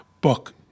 book